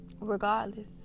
Regardless